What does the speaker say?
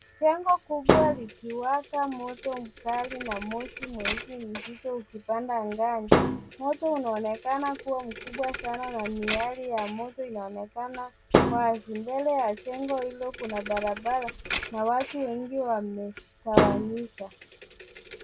Jengo kubwa likiwaka moto mkali na moshi mweusi mzito ukipanda angani. Moto unaonekana kuwa mkubwa sana na miale ya moto inaonekana wazi. Mbele ya jengo hilo kuna barabara na watu wengi wametawanyika.